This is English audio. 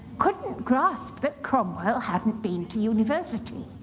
couldn't grasp that cromwell hadn't been to university.